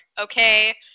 okay